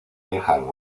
dejan